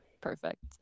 perfect